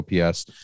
OPS